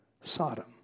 Sodom